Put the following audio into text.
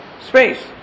space